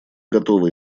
готова